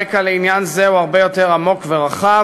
הרקע לעניין זה הוא הרבה יותר עמוק ורחב: